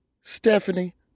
stephanie